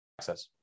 Access